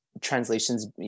translations